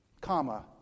Comma